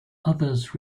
others